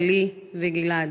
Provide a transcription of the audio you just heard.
נפתלי וגיל-עד,